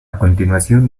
continuación